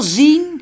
zien